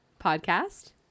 podcast